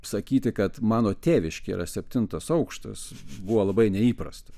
sakyti kad mano tėviškė yra septintas aukštas buvo labai neįprasta